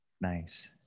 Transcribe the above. Nice